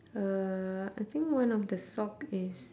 uh I think one of the sock is